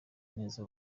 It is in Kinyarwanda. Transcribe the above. neza